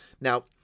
Now